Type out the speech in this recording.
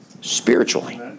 spiritually